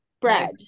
bread